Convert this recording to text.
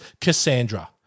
Cassandra